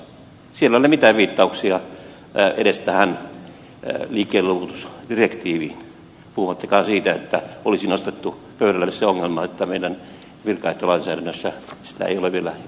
siellä ei ole mitään viittauksia edes liikkeenluovutusdirektiiviin puhumattakaan siitä että olisi nostettu pöydälle se ongelma että meidän virkaehtolainsäädännössämme sitä ei ole vielä